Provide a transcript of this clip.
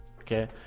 okay